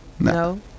No